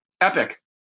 epic